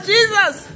Jesus